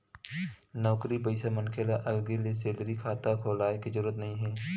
नउकरी पइसा मनखे ल अलगे ले सेलरी खाता खोलाय के जरूरत नइ हे